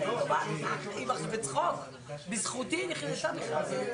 שנוכל לדון בתוך הפורום שקבעתי בנושא תחזוקה,